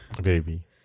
Baby